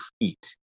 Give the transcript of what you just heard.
feet